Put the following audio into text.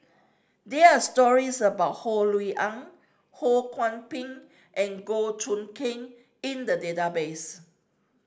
there are stories about Ho Rui An Ho Kwon Ping and Goh Choon King in the database